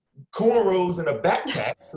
corn and a backpack.